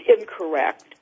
incorrect